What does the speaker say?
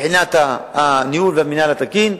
מבחינת הניהול והמינהל התקין,